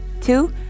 Two